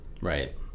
Right